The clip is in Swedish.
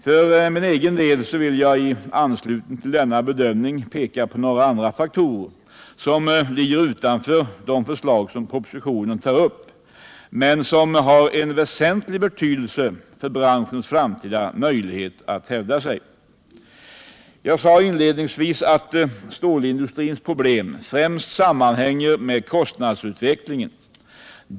För egen del vill jag i anslutning till denna bedömning peka på några andra faktorer, som ligger utanför de förslag som propositionen tar upp men som dock har en väsentlig betydelse för branschens framtida möjligheter att hävda sig. Jag påpekade inledningsvis att stålindustrins problem främst sammanhänger med kostnadsutvecklingen.